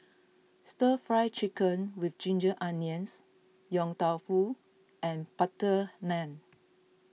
Stir Fry Chicken with Ginger Onions Yong Tau Foo and Butter Naan